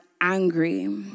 angry